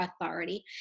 authority